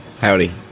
Howdy